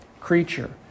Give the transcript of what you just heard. creature